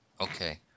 Okay